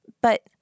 But